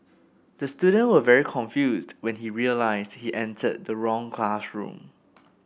the student was very confused when he realised he entered the wrong classroom